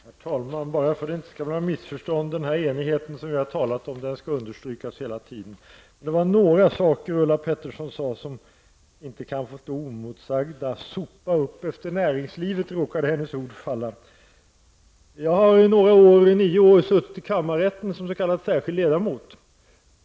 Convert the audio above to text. Herr talman! Bara för att det inte skall bli några missförstånd vill jag säga att den här enigheten som vi har talat om skall understrykas hela tiden. Det var några saker som Ulla Pettersson sade som inte kan få stå oemotsagda. ''Sopa upp efter näringslivet'' -- så råkade hennes ord falla. Jag har i nio år suttit i kammarrätten som s.k. särskild ledamot.